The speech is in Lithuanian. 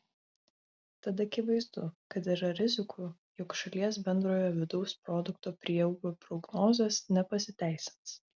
tad akivaizdu kad yra rizikų jog šalies bendrojo vidaus produkto prieaugio prognozės nepasiteisins